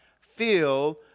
feel